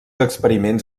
experiments